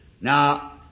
Now